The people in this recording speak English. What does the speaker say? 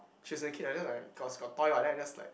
she was in the cage and then like got got toy [what] then I just like